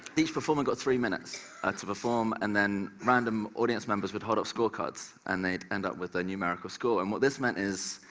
each performer got three minutes ah to perform and then random audience members would hold up scorecards, and they would end up with a numerical score, and what this meant is,